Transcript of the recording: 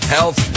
Health